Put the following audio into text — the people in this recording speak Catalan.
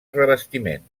revestiment